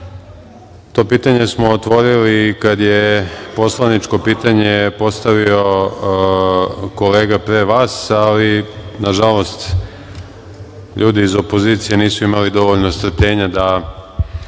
pitanje smo otvorili kada je poslaničko pitanje postavio kolega pre vas, ali, nažalost, ljudi iz opozicije nisu imali dovoljno strpljenja da